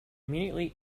immediately